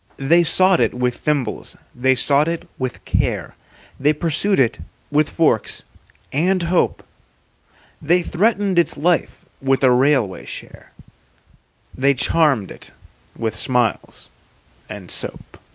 they sought it with thimbles, they sought it with care they pursued it with forks and hope they threatened its life with a railway-share they charmed it with smiles and soap.